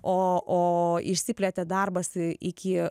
o išsiplėtė darbas iki